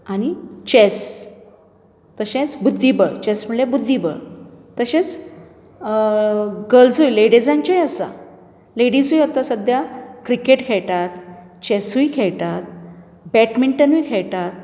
आनी चेस तशेंच बुद्दीबळ चेस म्हळ्यार बुद्दीबळ तशेेंच गर्ल्सूय लॅडिजांचेय आसा लॅडिजूय आतां सध्याक क्रिकेट खेळटात चेसूय खेळटात बॅटमिंटनूय खेळटात